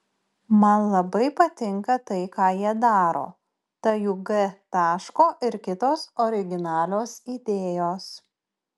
man labai patinka tai ką jie daro ta jų g taško ir kitos originalios idėjos